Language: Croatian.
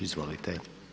Izvolite.